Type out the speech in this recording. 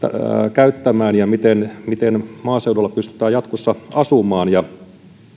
käyttämään ja miten miten maaseudulla pystytään jatkossa asumaan